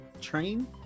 Train